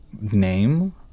name